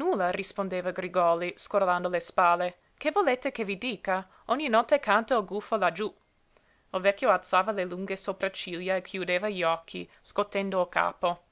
nulla rispondeva grigòli scrollando le spalle che volete che vi dica ogni notte canta il gufo laggiú il vecchio alzava le lunghe sopracciglia e chiudeva gli occhi scotendo il capo